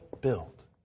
build